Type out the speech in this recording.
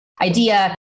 idea